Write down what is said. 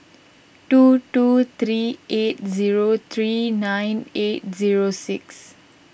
two two three eight zero three nine eight zero six